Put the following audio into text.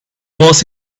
was